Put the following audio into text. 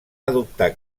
adoptar